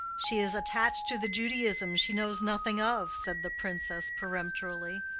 she is attached to the judaism she knows nothing of, said the princess, peremptorily.